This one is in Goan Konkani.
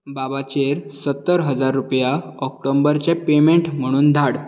बाबाचेर सत्तर हजार रुपया ऑक्टोबरचें पेमेन्ट म्हणून धाड